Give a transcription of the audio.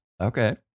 Okay